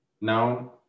Now